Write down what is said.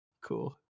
cool